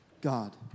God